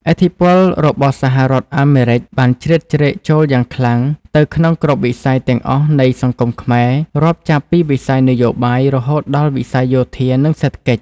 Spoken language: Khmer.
ឥទ្ធិពលរបស់សហរដ្ឋអាមេរិកបានជ្រៀតជ្រែកចូលយ៉ាងខ្លាំងទៅក្នុងគ្រប់វិស័យទាំងអស់នៃសង្គមខ្មែរ រាប់ចាប់ពីវិស័យនយោបាយ រហូតដល់វិស័យយោធានិងសេដ្ឋកិច្ច។